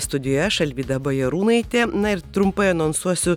studijoj aš alvyda bajarūnaitė na ir trumpai anonsuosiu